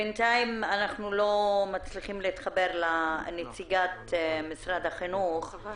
אנחנו לא מצליחים להתחבר לנציגת משרד החינוך.